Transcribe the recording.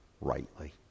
rightly